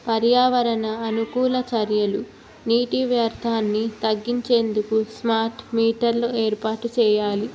పర్యావరణ అనుకూల చర్యలు నీటి వ్యర్థాన్ని తగ్గించేందుకు స్మార్ట్ మీటర్లు ఏర్పాటు చేయాలి